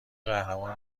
قهرمان